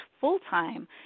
full-time